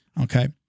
Okay